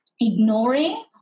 ignoring